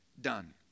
done